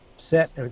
set